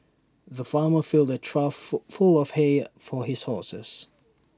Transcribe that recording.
the farmer filled A trough full of hay for his horses